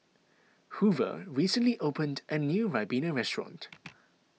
Hoover recently opened a new Ribena restaurant